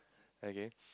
okay